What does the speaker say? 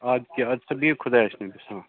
اَدٕ کیٛاہ اَدٕ سا بِہِو خدایَس نٔبیَس حَوال